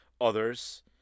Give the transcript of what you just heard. others